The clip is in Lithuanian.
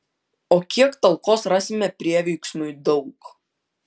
o kiek talkos rasime prieveiksmiui daug